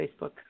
Facebook